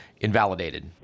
invalidated